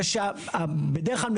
זה שבדרך כלל,